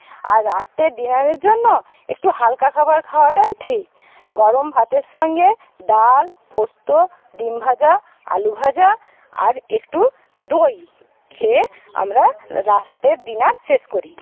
আর রাত্রে ডিনারের জন্য একটু হালকা খাবার খাওয়াটাই ঠিক গরম ভাতের সঙ্গে ডাল পোস্ত ডিম ভাজা আলু ভাজা আর একটু দই খেয়ে আমরা রাত্রের ডিনার শেষ করি